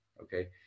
okay